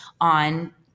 on